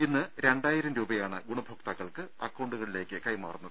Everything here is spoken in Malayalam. ഇന്ന് രണ്ടായിരം രൂപയാണ് ഗുണഭോക്താക്കൾക്ക് അക്കൌണ്ടുകളിലേക്ക് കൈമാറുന്നത്